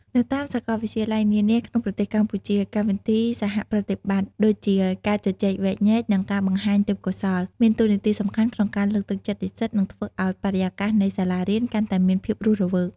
នៅតាមសាកលវិទ្យាល័យនានាក្នុងប្រទេសកម្ពុជា កម្មវិធីសហប្រតិបត្តិដូចជាការជជែកវែកញែក និងការបង្ហាញទេពកោសល្យ មានតួនាទីសំខាន់ក្នុងការលើកទឹកចិត្តនិស្សិត និងធ្វើឲ្យបរិយាកាសនៃសាសារៀនកាន់តែមានភាពរស់រវើក។